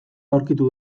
aurkitu